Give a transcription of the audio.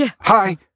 Hi